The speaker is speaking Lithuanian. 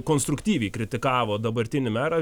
konstruktyviai kritikavo dabartinį merą